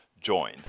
join